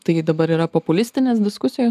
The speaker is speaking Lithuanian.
taigi dabar yra populistinės diskusijos